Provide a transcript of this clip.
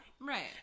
right